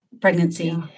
pregnancy